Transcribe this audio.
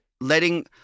letting